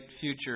future